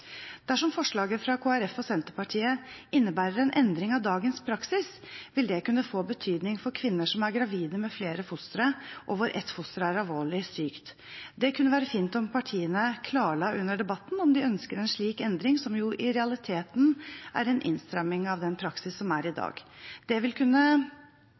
Dersom forslaget fra Kristelig Folkeparti og Senterpartiet innebærer en endring av dagens praksis, vil det kunne få betydning for kvinner som er gravide med flere fostre, hvorav ett foster er alvorlig sykt. Det kunne være fint om partiene klarla under debatten om de ønsker en slik endring, som jo i realiteten er en innstramning av den praksisen som er i dag. Det vil kunne